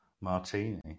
martini